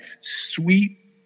sweet